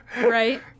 Right